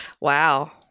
Wow